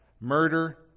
murder